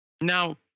Now